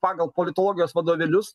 pagal politologijos vadovėlius